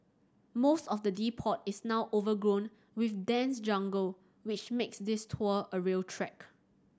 most of the depot is now overgrown with dense jungle which makes this tour a real trek